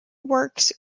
works